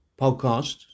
podcast